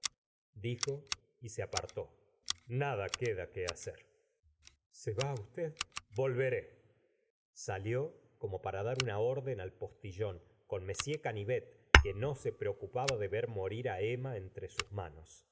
dijo y se apartó nada queda que hacer toxo ji t gustavo flaubert se va usted volveré salió como para dar una orden al postillón con m canivet que no se preocupaba de ver morir á emma entre sus manos